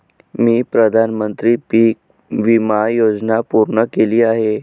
मी प्रधानमंत्री पीक विमा योजना पूर्ण केली आहे